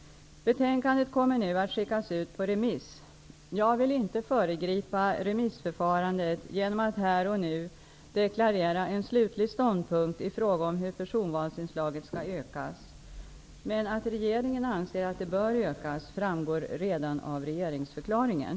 Betänkandet kommer nu att skickas ut på remiss. Jag vill inte föregripa remissförfarandet genom att här och nu deklarera en slutlig ståndpunkt i fråga om hur personvalsinslaget skall ökas. Men att regeringen anser att det bör ökas framgår redan av regeringsförklaringen.